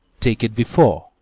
take it before.